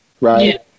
right